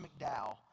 McDowell